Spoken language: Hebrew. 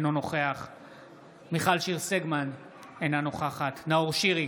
אינו נוכח מיכל שיר סגמן, אינה נוכחת נאור שירי,